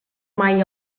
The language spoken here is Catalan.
mai